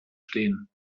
stehen